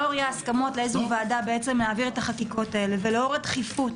לאור אי-ההסכמות לאיזו ועדה להעביר את החקיקות האלה ולאור הדחיפות,